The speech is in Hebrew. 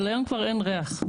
אבל היום אין ריח.